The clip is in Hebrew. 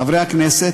חברי הכנסת,